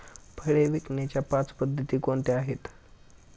फळे विकण्याच्या पाच पद्धती कोणत्या आहेत?